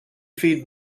feed